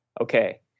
Okay